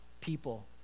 people